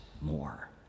more